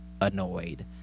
annoyed